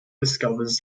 discovers